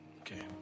Okay